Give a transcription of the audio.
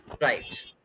Right